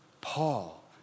Paul